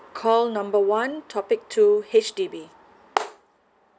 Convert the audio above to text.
call number one topic two H_D_B